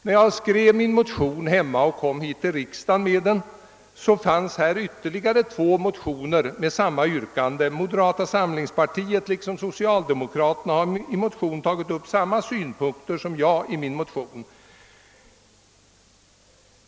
När jag hemma skrev min motion och kom till riksdagen med den fanns ytterligare två motioner med samma yrkande; ledamöter i moderata samlingspartiet och socialdemokrater har i motioner tagit upp samma synpunkter som jag i min motion.